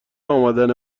امدن